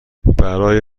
برای